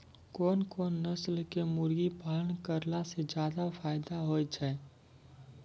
कोन कोन नस्ल के मुर्गी पालन करला से ज्यादा फायदा होय छै?